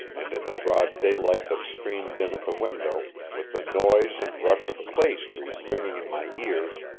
and, in the broad daylight that streamed in at the window, with the noise and rush of clay street ringing in my ears,